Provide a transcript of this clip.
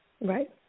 Right